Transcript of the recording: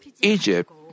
Egypt